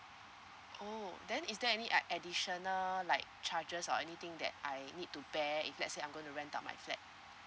oh then is there like additional like charges or anything that I need to bear if let's say I'm going to rent out my flat